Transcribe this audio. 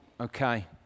okay